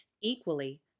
Equally